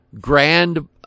grand